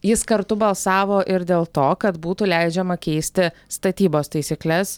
jis kartu balsavo ir dėl to kad būtų leidžiama keisti statybos taisykles